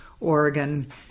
Oregon